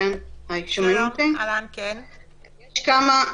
קודם כול,